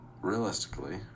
Realistically